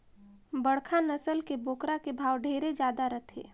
बड़खा नसल के बोकरा के भाव ढेरे जादा रथे